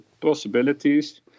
possibilities